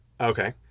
okay